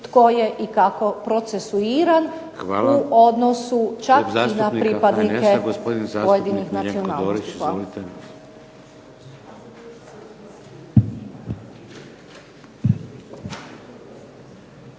tko je i kako procesuiran u odnosu čak i na pripadnike pojedinih nacionalnosti. Hvala.